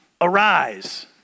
arise